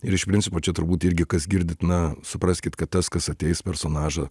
ir iš principo čia turbūt irgi kas girdit na supraskit kad tas kas ateis personažą